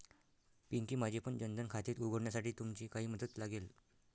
पिंकी, माझेपण जन धन खाते उघडण्यासाठी तुमची काही मदत लागेल